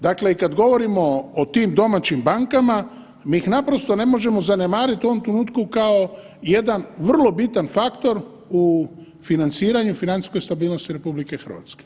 Dakle, i kad govorimo o tim domaćim bankama mi ih naprosto ne možemo zanemariti u ovom trenutku kao jedan vrlo bitan faktor u financiranju, financijskoj stabilnosti RH.